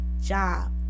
job